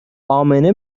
امنه